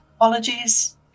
Apologies